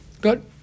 Good